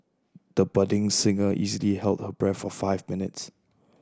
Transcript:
the budding singer easily held her breath for five minutes